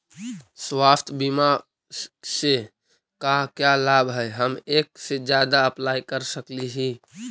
स्वास्थ्य बीमा से का क्या लाभ है हम एक से जादा अप्लाई कर सकली ही?